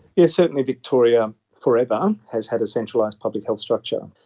yes, certainly victoria forever has had a centralised public health structure.